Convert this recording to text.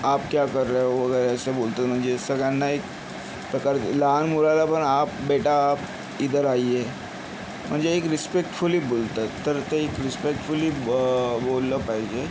आप क्या कर रहे हो वगैरे असे बोलतात म्हणजे सगळ्यांना एक प्रकारे लहान मुलाला पण आप बेटा आप इधर आईए म्हणजे एक रिस्पेक्टफुली बोलतात तर ते एक रिस्पेक्टफुली बोललं पाहिजे